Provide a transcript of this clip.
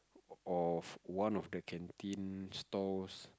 of one of the canteen stores